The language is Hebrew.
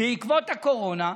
בעקבות הקורונה,